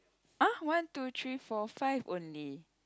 !ah! one two three four five only